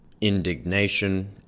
Indignation